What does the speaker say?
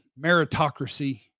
meritocracy